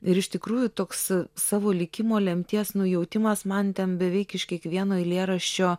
ir iš tikrųjų toks savo likimo lemties nujautimas man ten beveik iš kiekvieno eilėraščio